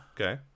Okay